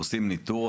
עושים ניטור,